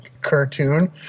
cartoon